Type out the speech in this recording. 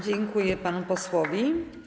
Dziękuję panu posłowi.